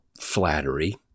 flattery